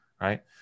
Right